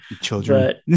Children